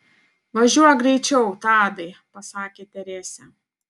važiuok greičiau tadai pasakė teresė